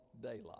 daylight